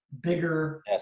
bigger